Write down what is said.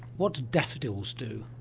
what do daffodils do?